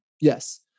yes